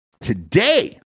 Today